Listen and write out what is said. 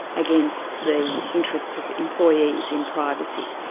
against the interests of employees in privacy.